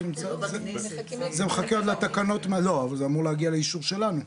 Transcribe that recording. זה מחכה עוד לתקנות ולהגיע לאישור שלנו?